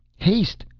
haste!